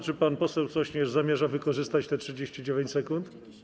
Czy pan poseł Sośnierz zamierz wykorzystać te 39 sekund?